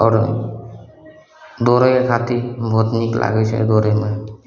आओर दौड़य खातिर बहुत नीक लागय छै दौड़यमे